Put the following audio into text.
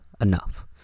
enough